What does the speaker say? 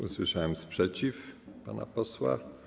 Usłyszałem sprzeciw pana posła.